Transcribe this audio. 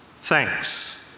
thanks